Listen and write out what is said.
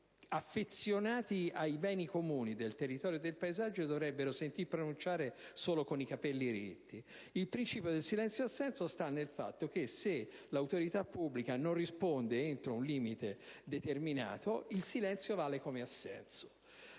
affezionati ai beni comuni del territorio e del paesaggio dovrebbero sentire pronunciare solo con i capelli ritti. Tale principio consiste nel fatto che, se l'autorità pubblica non risponde entro un limite determinato, il silenzio vale come assenso.